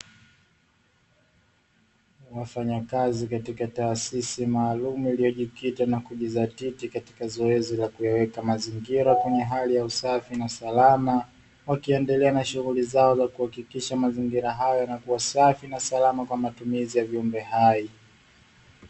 Wafanyakazi katika taasisi maalumu iliyojikita na kujidhatiti katika zoezi la kuyaweka mazingira kwenye hali ya usafi na salama, wakiendelea na shughuli zao za kuhakikisha mazingira hayo yanakuwa safi na salama kwa matumizi ya viumbe hai.